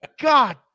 God